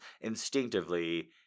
Instinctively